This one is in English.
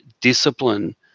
discipline